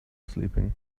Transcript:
sleeping